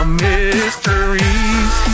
mysteries